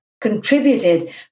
contributed